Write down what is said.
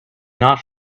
not